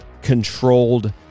controlled